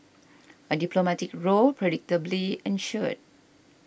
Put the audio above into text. a diplomatic row predictably ensued